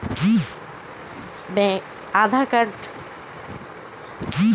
ব্যাঙ্কের অনলাইন পেমেন্টের পরিষেবা ভোগ করতে লাগে ব্যাঙ্কের একাউন্ট